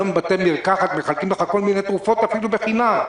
היום בתי מרקחת מחלקים לך כל מיני תרופות אפילו בחינם.